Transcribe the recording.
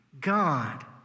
God